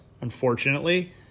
unfortunately